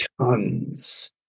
Tons